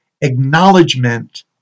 acknowledgement